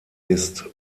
ist